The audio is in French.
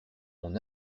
mon